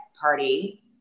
party